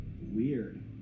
weird